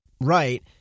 Right